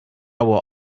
will